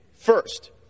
First